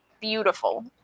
beautiful